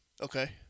Okay